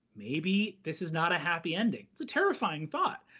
maybe this is not a happy ending. it's a terrifying thought.